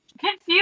confused